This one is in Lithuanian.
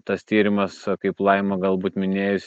tas tyrimas kaip laima galbūt minėjus